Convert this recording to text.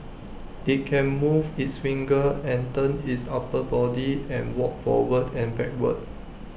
IT can move its fingers and turn its upper body and walk forward and backward